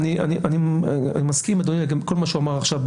אני מסכים עם אדוני על כל מה שהוא אמר עכשיו.